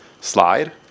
slide